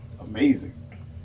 amazing